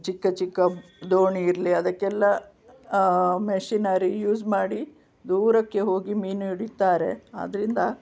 ಚಿಕ್ಕ ಚಿಕ್ಕ ದೋಣಿ ಇರಲಿ ಅದಕ್ಕೆಲ್ಲ ಮೆಷಿನರಿ ಯೂಸ್ ಮಾಡಿ ದೂರಕ್ಕೆ ಹೋಗಿ ಮೀನು ಹಿಡೀತಾರೆ ಆದ್ದರಿಂದ